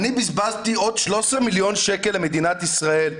'אני בזבזתי עוד 13 מיליון שקל למדינת ישראל'.